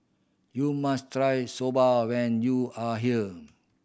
you must try Soba when you are here